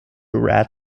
rat